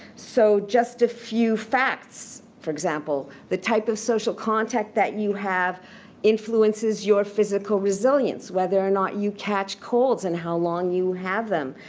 so just a few facts, for example. the type of social contact that you have influences your physical resilience, whether or not you catch colds and how long you have them,